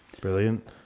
Brilliant